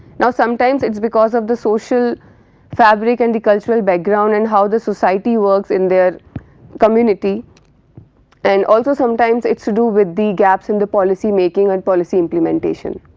now, sometimes its because of the social fabric and the cultural background and how the society works in their community and also sometimes it is to do with the gaps in the policy making and policy implementation.